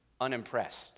unimpressed